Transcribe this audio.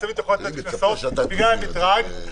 שמצמצמים את הקנסות בגלל המדרג,